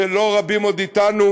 ולא רבים מהם עוד אתנו,